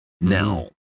now